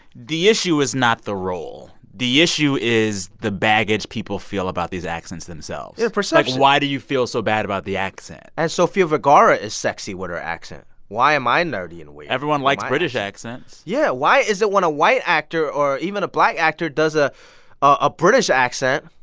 the issue is not the role. the issue is the baggage people feel about these accents themselves their perception like, why do you feel so bad about the accent? and sofia vergara is sexy with her accent. why am i nerdy and weird? everyone likes british accents yeah. why is it when a white actor or even a black actor does a a british accent,